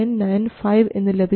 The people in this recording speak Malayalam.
9995 എന്ന് ലഭിക്കും